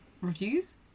reviews